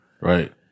Right